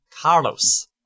Carlos